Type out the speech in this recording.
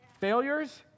failures